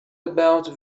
about